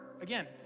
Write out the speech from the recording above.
again